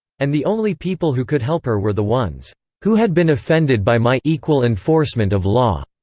and the only people who could help her were the ones who had been offended by my equal enforcement of law.